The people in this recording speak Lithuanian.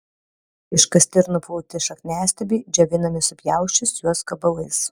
iškasti ir nuplauti šakniastiebiai džiovinami supjausčius juos gabalais